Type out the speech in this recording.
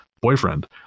boyfriend